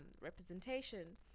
representation